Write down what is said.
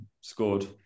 scored